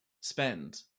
spend